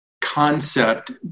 concept